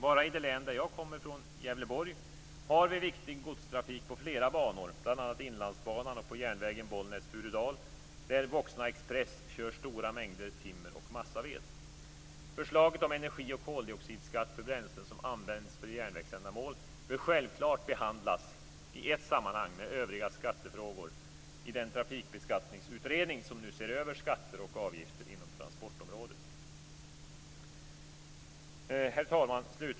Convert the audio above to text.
Bara i det län jag kommer från, Gävleborgs län, har vi viktig godstrafik på flera banor, bl.a. Inlandsbanan och på järnvägen Bollnäs-Furudal, där Woxna Förslaget om energi och koldioxidskatt för bränslen som används för järnvägsändamål bör självklart behandlas i ett sammanhang med övriga skattefrågor i den trafikbeskattningsutredning som nu ser över skatter och avgifter inom transportområdet. Herr talman!